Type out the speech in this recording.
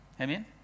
Amen